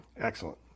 Excellent